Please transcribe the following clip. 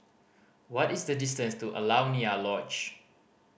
what is the distance to Alaunia Lodge